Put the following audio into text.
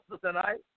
tonight